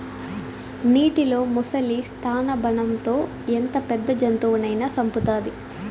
నీటిలో ముసలి స్థానబలం తో ఎంత పెద్ద జంతువునైనా సంపుతాది